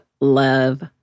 love